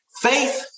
Faith